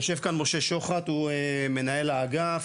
יושב כאן משה שוחט הוא מנהל האגף,